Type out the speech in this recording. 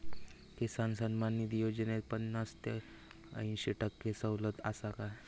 किसान सन्मान निधी योजनेत पन्नास ते अंयशी टक्के सवलत आसा काय?